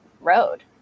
road